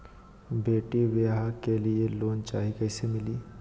बेटी ब्याह के लिए लोन चाही, कैसे मिली?